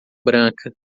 branca